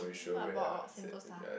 write about what sentosa